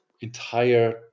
entire